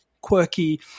quirky